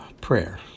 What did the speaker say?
prayer